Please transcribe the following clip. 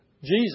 Jesus